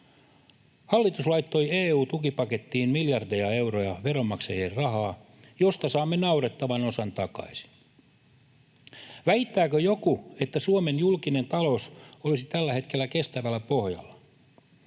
Hallitus laittoi EU-tukipakettiin miljardeja euroja veronmaksajien rahaa, josta saamme naurettavan osan takaisin. Väittääkö joku, että Suomen julkinen talous olisi tällä hetkellä kestävällä pohjalla?